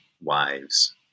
wives